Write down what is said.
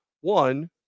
One